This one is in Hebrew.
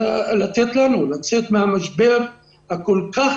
לתת לנו לצאת מן המשבר הקשה כל כך,